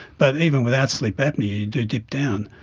but even without sleep apnoea you do dip down,